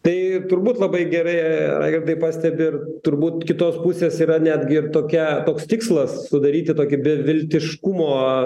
tai turbūt labai gerai raigardai pastebi ir turbūt kitos pusės yra netgi ir tokia toks tikslas sudaryti tokį beviltiškumo